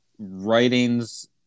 writings